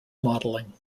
modeling